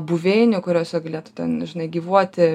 buveinių kuriose galėtų ten nu žinai gyvuoti